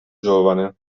giovane